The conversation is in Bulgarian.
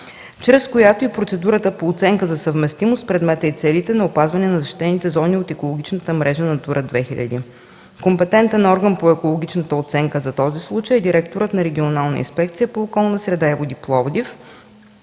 чрез която и процедурата за оценка на съвместимост предмета и целите на опазване на защитените зони от екологичната мрежа по Натура 2000. Компетентен орган по екологичната оценка за този случай е директорът на Регионалната инспекция по околната среда и водите